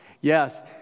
yes